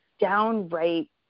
downright